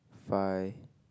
five